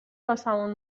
واسمون